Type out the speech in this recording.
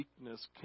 weakness